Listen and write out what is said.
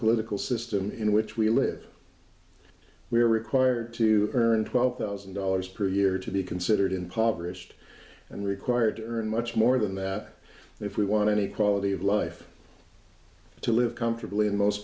political system in which we live we are required to earn twelve thousand dollars per year to be considered impoverished and required to earn much more than that and if we want any quality of life to live comfortably in most